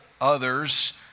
others